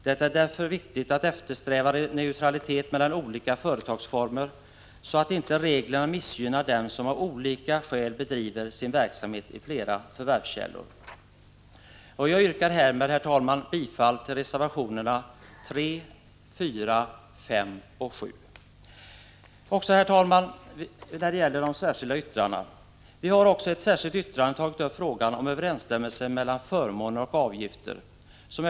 Det är därför viktigt att eftersträva neutralitet mellan olika företagsformer så att inte reglerna missgynnar dem som av olika skäl bedriver sin verksamhet i flera förvärvskällor. Jag yrkar härmed, herr talman, bifall till reservationerna 3, 4, 5 och 7. Herr talman! Vi har också i ett särskilt yttrande tagit upp frågan om överensstämmelse mellan förmåner och avgifter.